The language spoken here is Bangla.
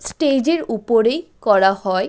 স্টেজের উপরেই করা হয়